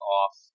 off